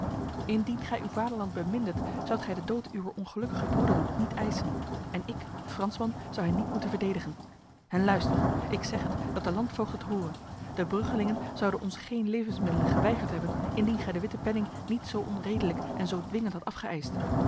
indien gij uw vaderland bemindet zoudt gij de dood uwer ongelukkige broederen niet eisen en ik fransman zou hen niet moeten verdedigen en luister ik zeg het dat de landvoogd het hore de bruggelingen zouden ons geen levensmiddelen geweigerd hebben indien gij de witte penning niet zo onredelijk en zo